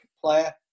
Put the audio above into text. player